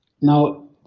now